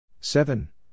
Seven